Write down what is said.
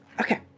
Okay